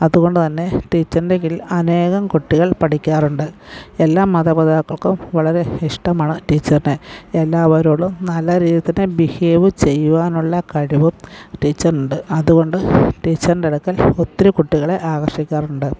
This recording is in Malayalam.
അതുകൊണ്ടുതന്നെ ടീച്ചറിൻ്റെ കീഴിൽ അനേകം കുട്ടികൾ പഠിക്കാറുണ്ട് എല്ലാ മാതാപിതാക്കൾക്കും വളരെ ഇഷ്ടമാണ് ടീച്ചറിനെ എല്ലാവരോടും നല്ല രീതിയിൽ തന്നെ ബിഹേവ് ചെയ്യുവാനുള്ള കഴിവും ടീച്ചറിനുണ്ട് അതുകൊണ്ട് ടീച്ചറിൻ്റെ അടുക്കൽ ഒത്തിരി കുട്ടികളെ ആകർഷിക്കാറുണ്ട്